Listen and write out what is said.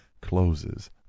closes